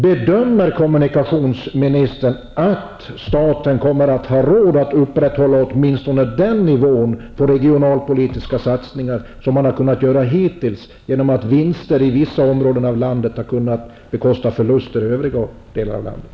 Bedömer kommunikationsministern att staten kommer att ha råd att upprätthålla åtminstone den nivå på regionalpolitiska satsningar som man kunnat göra hittills genom att vinster i vissa områden av landet har kunnat bekosta förluster i övriga delar av landet?